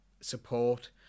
support